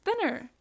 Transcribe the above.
thinner